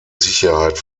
sicherheit